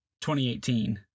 2018